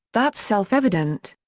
that's self-evident.